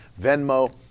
Venmo